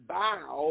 bow